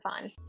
fun